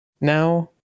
Now